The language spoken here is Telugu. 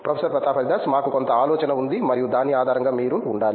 ప్రొఫెసర్ ప్రతాప్ హరిదాస్ మాకు కొంత ఆలోచన ఉంది మరియు దాని ఆధారంగా మీరు ఉండాలి